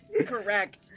Correct